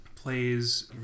plays